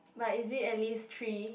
but is it at least three